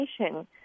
education